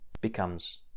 Becomes